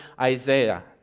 Isaiah